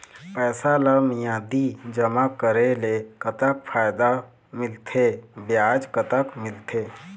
पैसा ला मियादी जमा करेले, कतक फायदा मिलथे, ब्याज कतक मिलथे?